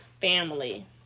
family